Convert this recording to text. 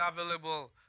available